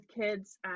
kids